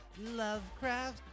Lovecraft